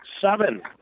seven